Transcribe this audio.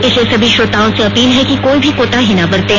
इसलिए सभी श्रोताओं से अपील है कि कोई भी कोताही ना बरतें